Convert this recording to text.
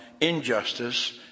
injustice